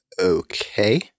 Okay